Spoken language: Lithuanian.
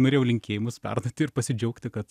norėjau linkėjimus perduoti ir pasidžiaugti kad